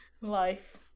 Life